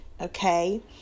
Okay